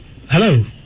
Hello